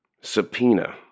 Subpoena